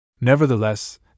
Nevertheless